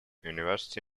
university